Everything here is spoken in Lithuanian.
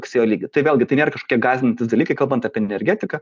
rugsėjo lygį tai vėlgi tai nėra gąsdinantys dalykai kalbant apie energetiką